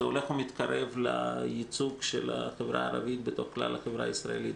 זה הולך ומתקרב לייצוג של החברה הערבית בתוך כלל החברה הישראלית.